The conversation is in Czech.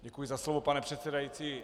Děkuji za slovo, pane předsedající.